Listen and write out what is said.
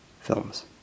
films